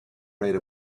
write